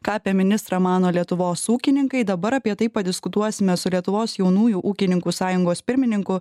ką apie ministrą mano lietuvos ūkininkai dabar apie tai padiskutuosime su lietuvos jaunųjų ūkininkų sąjungos pirmininku